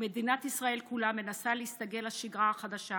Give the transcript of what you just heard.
ומדינת ישראל כולה מנסה להסתגל לשגרה החדשה